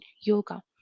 yoga